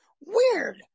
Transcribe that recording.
Weird